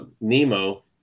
Nemo